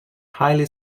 highly